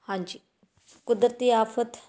ਹਾਂਜੀ ਕੁਦਰਤੀ ਆਫ਼ਤ